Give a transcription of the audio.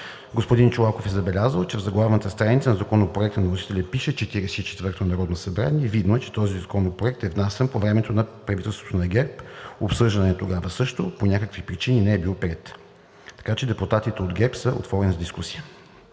Господин Чолаков е забелязал, че в заглавната страница на Законопроекта на вносителите пише „Четиридесет и четвърто народно събрание“. Видно е, че този законопроект е внасян по времето на правителството на ГЕРБ, обсъждан е тогава също, по някакви причини не е бил приет. Депутатите от ГЕРБ са отворени за дискусия.